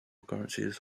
currencies